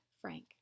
Frank